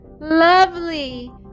lovely